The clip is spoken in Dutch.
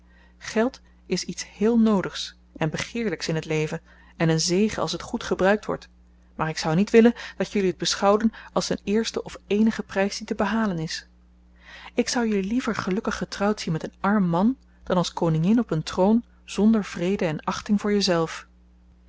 geld is iets heel noodigs en begeerlijks in het leven en een zegen als het goed gebruikt wordt maar ik zou niet willen dat jullie het beschouwden als den eersten of eenigen prijs die te behalen is ik zou jullie liever gelukkig getrouwd zien met een arm man dan als koningin op een troon zonder vrede en achting voor